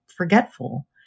forgetful